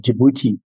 Djibouti